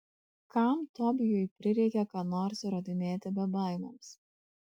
kam tobijui prireikė ką nors įrodinėti bebaimiams